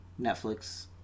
Netflix